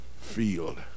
field